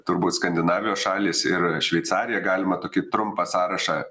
turbūt skandinavijos šalys ir šveicarija galima tokį trumpą sąrašą